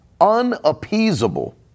unappeasable